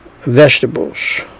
vegetables